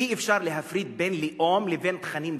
אי-אפשר להפריד בין לאום לבין תכנים דתיים.